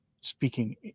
speaking